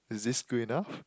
is this good enough